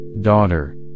Daughter